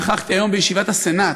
נכחתי היום בישיבת הסנאט,